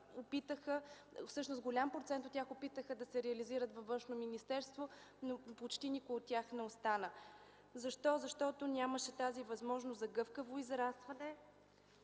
политика. Голям процент от тях опитаха да се реализират във Външното министерство, но почти никой от тях не остана. Защо? Защото нямаше тази възможност за гъвкаво израстване,